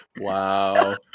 Wow